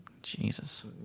Jesus